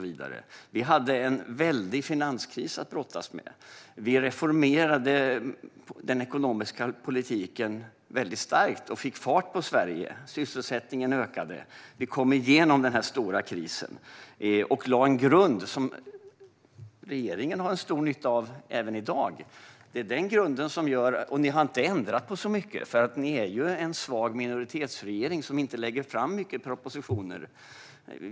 Vi hade en väldig finanskris att brottas med. Vi reformerade den ekonomiska politiken väldigt starkt och fick fart på Sverige, och sysselsättningen ökade. Vi kom igenom den stora krisen och lade en grund som regeringen har en stor nytta av även i dag. Ni har inte ändrat på så mycket. Ni är en svag minoritetsregering som inte lägger fram många propositioner.